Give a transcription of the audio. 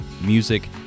music